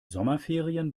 sommerferien